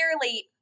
clearly